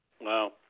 Wow